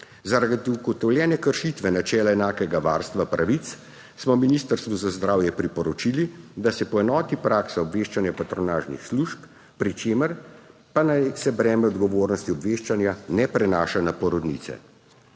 Zaradi ugotovljene kršitve načela enakega varstva pravic smo Ministrstvu za zdravje priporočili, da se poenoti praksa obveščanja patronažnih služb, pri čemer pa naj se breme odgovornosti obveščanja ne prenaša na porodnice.